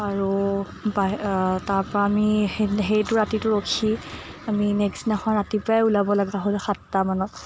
আৰু বা তাৰপৰা আমি সেই সেইটো ৰাতিটো ৰখি আমি নেক্সট দিনাখন ৰাতিপুৱাই ওলাবলগা হ'ল সাতটা মানত